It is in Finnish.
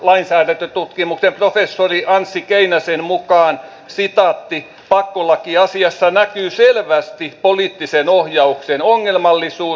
lainsäädäntötutkimuksen professori anssi keinäsen mukaan pakkolakiasiassa näkyy selvästi poliittisen ohjauksen ongelmallisuus